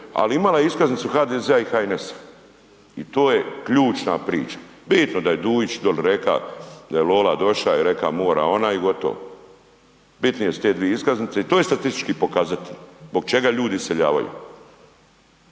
ali imala je iskaznicu HDZ-a i HNS-a i to je ključna priča. Bitno da je Dujić dole reka da je lola doša i reka mora ona i gotovo. Bitnije su te dvije iskaznice i to je statistički pokazatelj zbog čega ljudi iseljavaju.